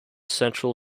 central